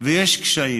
ויש קשיים.